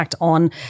on